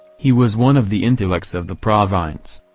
he was one of the intellects of the province.